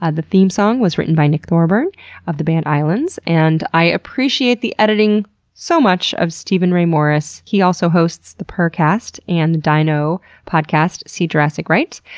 and the theme song was written by nick thorburn of the band islands. and i appreciate the editing so much of steven ray morris. he also hosts the purrrcast and dino podcast see jurassic right.